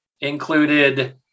included